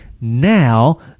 now